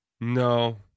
No